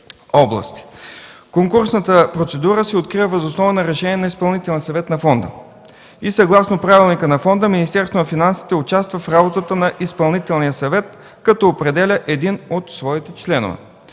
Конкурсната процедура се открива въз основа на решение на Изпълнителния съвет на Фонда и съгласно Правилника на Фонда Министерството на финансите участва в работата на Изпълнителния съвет, като определя един от своите членове.